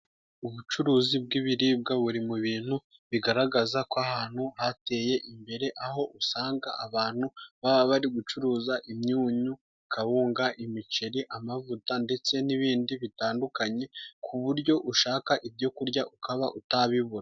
Ubucuruzi bw'ibiribwa buri mu bintu bigaragaza ko ahantu hateye imbere, aho usanga abantu baba bari gucuruza imyunyu, kawunga, imiceri, amavuta ndetse n'ibindi bitandukanye, ku buryo ushaka ibyo kurya ukaba utabibura.